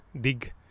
dig